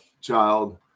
child